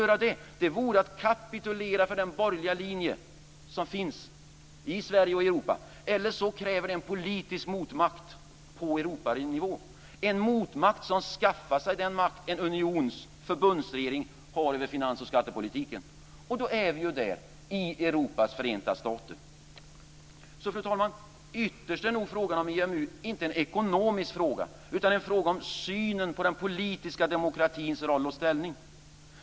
Det vore att kapitulera för den borgerliga linje som finns i Sverige och i Europa. Alternativt krävs det en politisk motmakt på Europanivå, en motmakt som skaffar sig den makt en unions förbundsregering har över finans och skattepolitiken, och då är vi framme vid Europas förenta stater. Fru talman! Ytterst är nog EMU inte en ekonomisk fråga utan en fråga om synen på den politiska demokratins roll och ställning.